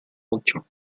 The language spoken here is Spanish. ocho